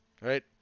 Right